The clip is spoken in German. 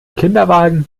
kinderwagen